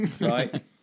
right